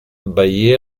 veié